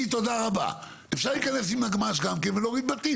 יש פה הרבה גנרלים, אני לא יודע לשפוט את זה.